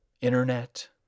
internet